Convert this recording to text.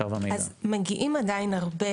מגיעים עדיין הרבה